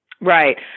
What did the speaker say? Right